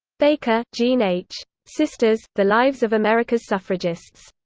baker, jean h. sisters the lives of america's suffragists.